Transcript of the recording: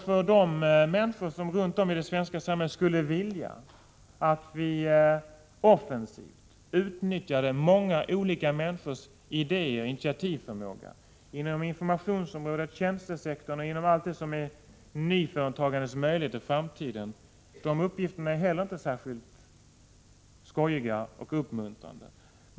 För de människor runt om oss ute i det svenska samhället som skulle vilja att vi offensivt utnyttjade de olika idéer och den initiativförmåga som många människor har inom informationsområdet, inom tjänstesektorn och i fråga om allt det som har att göra med nyföretagandets möjligheter inför framtiden kan jag tala om att inte heller sådana uppgifter är särskilt skojiga och uppmuntrande.